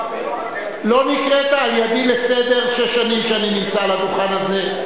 לא נקראת על-ידִי לסדר שש שנים שאני נמצא על הדוכן הזה.